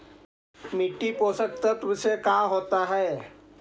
मिट्टी पोषक तत्त्व से का होता है?